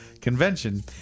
convention